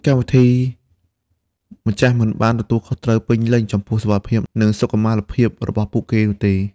កម្មវិធីម្ចាស់មិនបានទទួលខុសត្រូវពេញលេញចំពោះសុវត្ថិភាព និងសុខុមាលភាពរបស់ពួកគេនោះទេ។